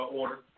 order